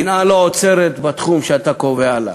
שנאה לא עוצרת בתחום שאתה קובע לה.